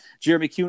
Jeremy